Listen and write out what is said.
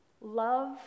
Love